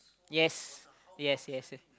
yes yes yes